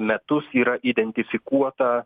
metus yra identifikuota